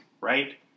right